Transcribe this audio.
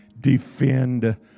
defend